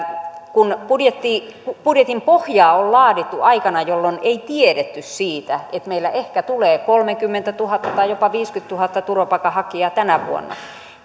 kun budjetin pohjaa on laadittu aikana jolloin ei tiedetty siitä että meille ehkä tulee kolmekymmentätuhatta tai jopa viisikymmentätuhatta turvapaikanhakijaa tänä vuonna